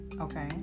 Okay